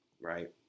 right